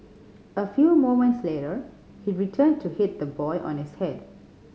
a few moments later he returned to hit the boy on his head